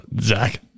Zach